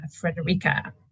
Frederica